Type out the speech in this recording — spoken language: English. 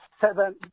seven